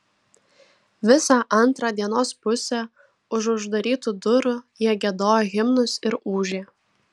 visą antrą dienos pusę užu uždarytų durų jie giedojo himnus ir ūžė